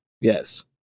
Yes